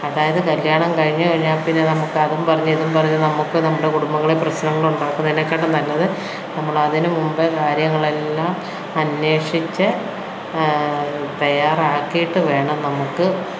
അതായത് കല്യാണം കഴിഞ്ഞുകഴിഞ്ഞാൽ പിന്നെ നമുക്ക് അതും പറഞ്ഞ് ഇതും പറഞ്ഞ് നമുക്ക് നമ്മുടെ കുടുംബങ്ങളിൽ പ്രശ്നങ്ങൾ ഉണ്ടാക്കുന്നതിനെക്കാട്ടിയും നല്ലത് നമ്മള് അതിന് മുമ്പേ കാര്യങ്ങളെല്ലാം അന്വേഷിച്ച് തയ്യാറാക്കിയിട്ട് വേണം നമ്മള്ക്ക്